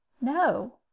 No